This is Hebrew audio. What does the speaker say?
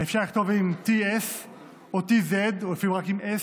אפשר לכתוב ב-ts או ב-tz או אפילו רק ב-s.